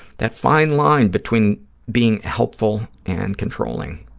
that fine line between being helpful and controlling,